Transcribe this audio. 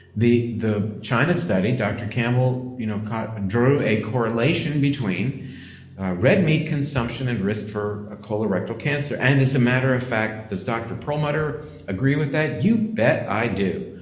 the the china study, dr. campbell you know drew a correlation between red meat consumption and risk for ah colorectal cancer. and as a matter of fact, does dr. perlmutter agree with that? you bet i do.